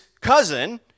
cousin